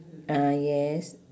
ah yes